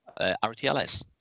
RTLS